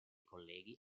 colleghi